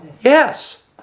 Yes